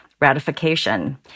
ratification